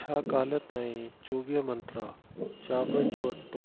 छा कल्ह ताईं चोवीह मंत्रा चांवरनि जो अट्टो